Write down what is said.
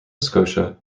scotia